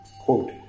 Quote